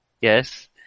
Yes